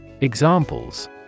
Examples